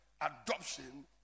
adoption